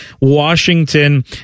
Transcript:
Washington